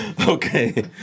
Okay